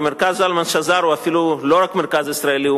כי מרכז זלמן שזר הוא אפילו לא רק מרכז ישראלי,